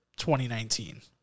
2019